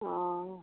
অঁ